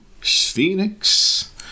Phoenix